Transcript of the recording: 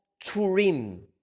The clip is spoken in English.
turim